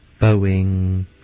Boeing